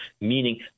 meaning